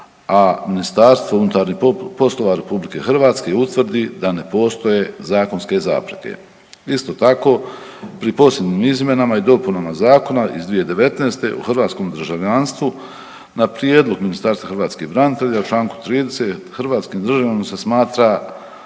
državljanina, MUP RH utvrdi da ne postoje zakonske zapreke. Isto tako pri posljednjim izmjenama i dopunama zakona iz 2019. o hrvatskom državljanstvu na prijedlog Ministarstva hrvatskih branitelja u čl. 30. hrvatskim državljaninom se smatra